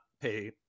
pay